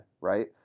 Right